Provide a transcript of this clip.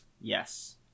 Yes